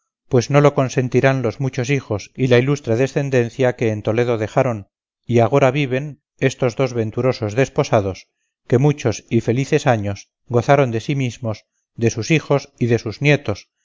pues no lo consentirán los muchos hijos y la ilustre descendencia que en toledo dejaron y agora viven estos dos venturosos desposados que muchos y felices años gozaron de sí mismos de sus hijos y de sus nietos